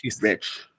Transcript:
rich